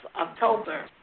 October